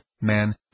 man